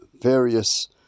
various